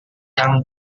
yang